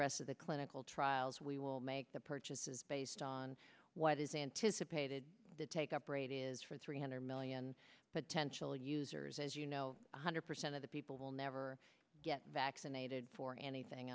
rest of the clinical trials we will make the purchases based on what is anticipated the take up rate is for three hundred million potential users as you know one hundred percent of the people will never get vaccinated for anything